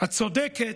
הצודקת,